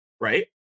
right